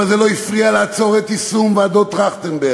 אבל זה לא הפריע לעצור את יישום מסקנות ועדת טרכטנברג,